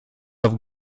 auf